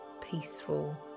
peaceful